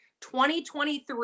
2023